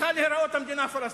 צריכה להיראות המדינה הפלסטינית.